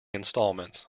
instalments